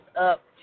up